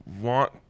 want